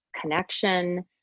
connection